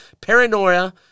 paranoia